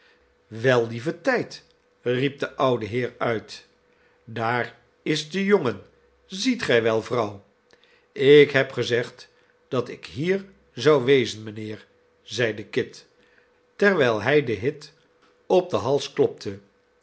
wel lieve tijd riep de oude heer uit daar is de jongen ziet gij wel vrouw ik heb gezegd dat ik hier zou wezen mijnheer zeide kit terwijl hij den hit op den hals klopte